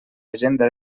agenda